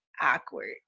awkward